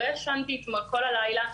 אתמול לא ישנתי כל הלילה.